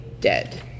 dead